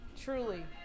truly